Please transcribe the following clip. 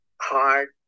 hard